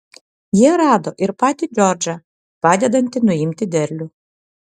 jie rado ir patį džordžą padedantį nuimti derlių